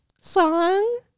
song